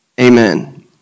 Amen